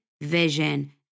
vision